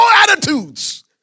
attitudes